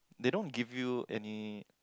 they don't give you any